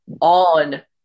on